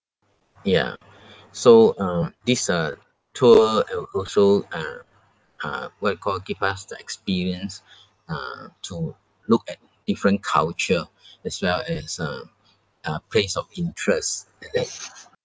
ya so uh this uh tour will also uh uh what you call give us the experience uh to look at different culture as well as uh uh place of interest